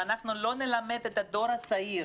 אם אנחנו לא נלמד את הדור הצעיר